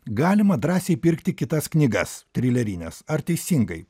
galima drąsiai pirkti kitas knygas trilerines ar teisingai